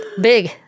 Big